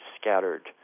scattered